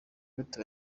gute